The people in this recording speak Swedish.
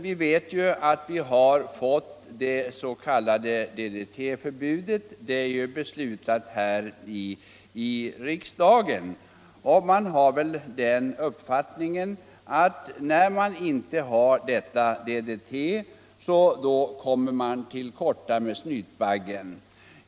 Vi har ju här i riksdagen beslutat om det DDT-förbud som nu råder, och skogsodlarna har den uppfattningen att om man inte har DDT, så kommer man till korta i kampen mot snytbaggen.